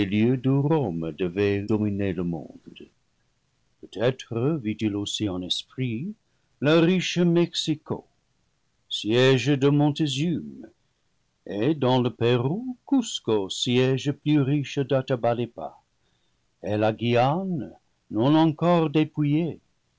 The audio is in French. devait dominer le monde peut-être vit-il aussi en esprit la riche mexico siége de montezume et dans le pérou cusco siége plus riche d'atabalipa et la guyane non encore dépouillée